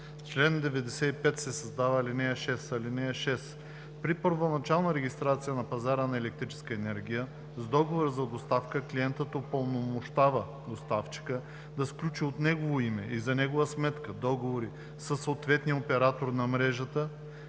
чл. 95 се създава ал. 6: „(6) При първоначална регистрация на пазара на електрическа енергия, с договора за доставка клиентът упълномощава доставчика да сключи от негово име и за негова сметка договори със съответния оператор на мрежата